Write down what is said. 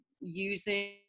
using